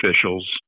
officials